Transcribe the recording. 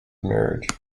marriage